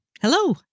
Hello